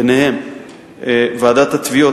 ביניהם ועידת התביעות,